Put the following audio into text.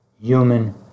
human